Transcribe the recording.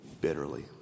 bitterly